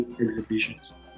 exhibitions